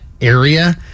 area